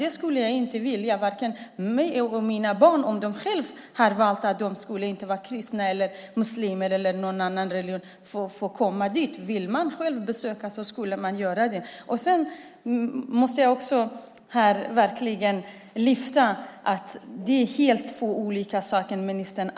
Det vill jag inte för mig eller mina barn; om de själva har valt att inte vara kristna, muslimer eller att utöva någon annan religion. Om man själv vill besöka kyrkan får man göra det. Jag måste också verkligen lyfta upp att det handlar om två helt olika saker, ministern.